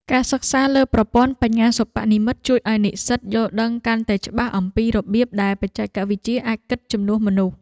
ការសិក្សាលើប្រព័ន្ធបញ្ញាសិប្បនិម្មិតជួយឱ្យនិស្សិតយល់ដឹងកាន់តែច្បាស់អំពីរបៀបដែលបច្ចេកវិទ្យាអាចគិតជំនួសមនុស្ស។